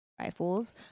rifles